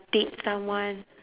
date someone